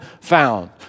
found